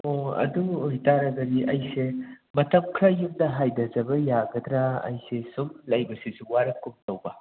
ꯑꯣ ꯑꯗꯨ ꯑꯣꯏꯇꯥꯔꯒꯗꯤ ꯑꯩꯁꯦ ꯃꯇꯝ ꯈꯔ ꯌꯨꯝꯗ ꯍꯥꯏꯙꯖꯕ ꯌꯥꯒꯗ꯭ꯔꯥ ꯑꯩꯁꯦ ꯁꯨꯝ ꯂꯩꯕꯁꯤꯁꯨ ꯋꯥꯔꯛꯀꯨꯝ ꯇꯧꯕ